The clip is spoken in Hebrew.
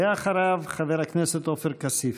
ואחריו, חבר הכנסת עופר כסיף.